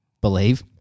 Believe